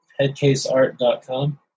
HeadcaseArt.com